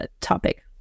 topic